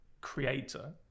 creator